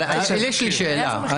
אבל יש לי שאלה.